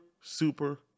super